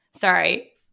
Sorry